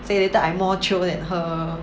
say later I more chio than her